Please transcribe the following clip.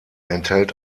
enthält